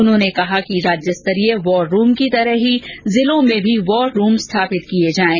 उन्होंने कहा कि राज्यस्तरीय वॉर रूम की तरह ही जिलों में भी वॉर रूम स्थापित किए जाएं